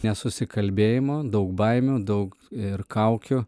nesusikalbėjimo daug baimių daug ir kaukių